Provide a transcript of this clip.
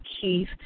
Keith